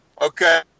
Okay